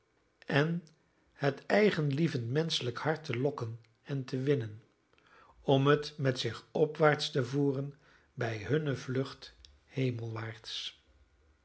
en het eigenlievend menschelijk hart te lokken en te winnen om het met zich opwaarts te voeren bij hunne vlucht hemelwaarts